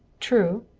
true!